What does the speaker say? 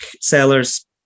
sellers